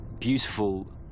Beautiful